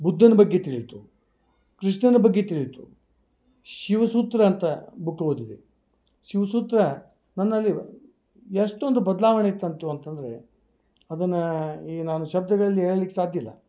ಬುದ್ಧನ ಬಗ್ಗೆ ತಿಳಿಯಿತು ಕೃಷ್ಣನ ಬಗ್ಗೆ ತಿಳಿಯಿತು ಶಿವಸೂತ್ರ ಅಂತ ಬುಕ್ಕು ಓದಿದೆ ಶಿವಸೂತ್ರ ನನ್ನಲ್ಲಿ ಎಷ್ಟೊಂದು ಬದಲಾವಣೆ ತಂತು ಅಂತಂದರೆ ಅದನ್ನು ಈಗ ನಾನು ಶಬ್ದಗಳಲ್ಲಿ ಹೇಳ್ಲಿಕ್ ಸಾಧ್ಯ ಇಲ್ಲ